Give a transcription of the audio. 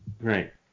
Right